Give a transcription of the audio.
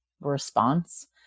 response